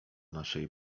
naszej